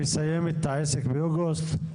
תוכנית שמסיימת את העסק באוגוסט?